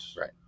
right